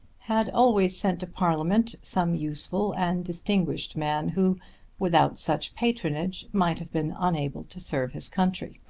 had always sent to parliament some useful and distinguished man who without such patronage might have been unable to serve his country.